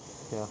ya